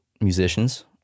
musicians